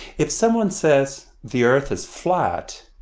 if someone says, the earth is flat.